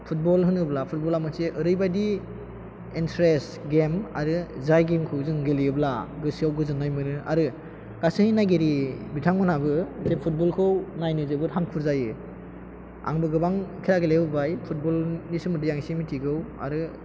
football होनोब्ला football आ मोनसे ओरैबायदि इनट्रेस्टिं गेम आरो जाय गेम खौ जों गेलेयोब्ला गोसोआव गोजोननाय मोनो आरो गासै नायगिरि बिथांमोनहाबो बे फुटबल खौ नायनो जोबोद हांखुर जायो आंबो गोबां खेला गेलेबोबाय फुटबल नि सोमोन्दै आं एसे मिथिगौ आरो